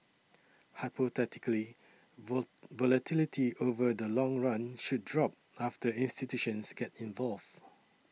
hypothetically volatility over the long run should drop after institutions get involved